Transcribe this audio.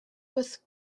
with